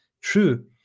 true